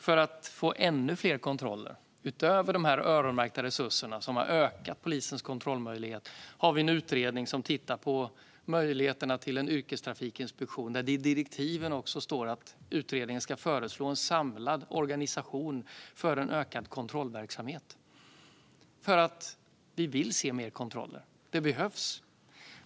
För att få ännu fler kontroller utöver de öronmärkta resurserna, som har ökat polisens kontrollmöjligheter, finns nu en utredning som tittar på möjligheten att inrätta en yrkestrafikinspektion. Det står i direktiven att utredningen ska föreslå en samlad organisation för en ökad kontrollverksamhet Vi vill se fler kontroller. De behövs.